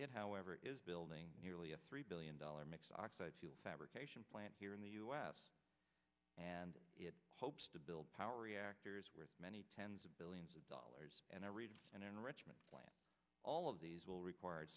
it however is building nearly a three billion dollar mixed oxide fabrication plant here in the u s and it hopes to build power reactors where many tens of billions of dollars and i read an enrichment plant all of these will require